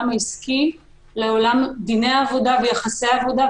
העסקי לבין עולם דיני העבודה ויחסי העבודה,